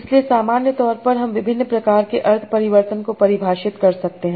इसलिए सामान्य तौर पर हम विभिन्न प्रकार के अर्थ परिवर्तन को परिभाषित कर सकते हैं